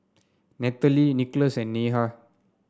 Nathalie Nicolas and Neha